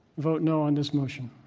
vote no on this motion.